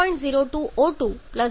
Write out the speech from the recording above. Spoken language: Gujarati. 02 O2 0